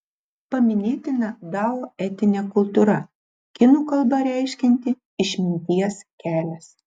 paminėtina dao etinė kultūra kinų kalba reiškianti išminties kelias